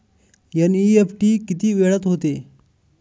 NEFT किती वेळात होते?